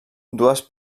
dues